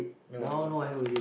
no I won't